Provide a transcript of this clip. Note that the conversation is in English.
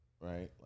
right